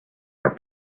our